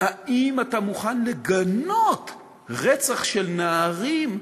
האם אתה מוכן לגנות רצח של נערים,